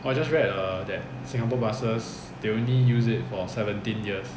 oh I just read err that singapore buses they only use it for seventeen years